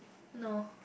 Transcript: no